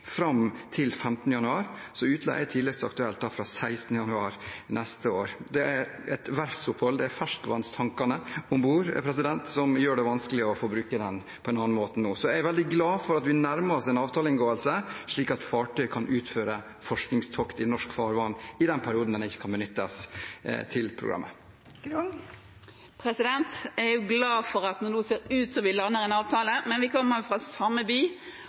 fra 16. januar neste år. Det er et verftsopphold på grunn av ferskvannstankene om bord som gjør det vanskelig å få brukt det på noen annen måte nå. Jeg er veldig glad for at vi nærmer oss en avtaleinngåelse, slik at fartøyet kan utføre forskningstokt i norsk farvann i den perioden det ikke kan benyttes av programmet. Jeg er glad for at det nå ser ut som vi lander en avtale, men vi kommer fra samme by,